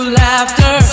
laughter